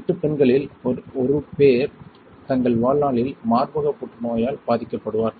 8 பெண்களில் 1 பேர் தங்கள் வாழ்நாளில் மார்பக புற்றுநோயால் பாதிக்கப்படுவார்கள்